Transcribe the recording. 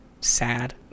sad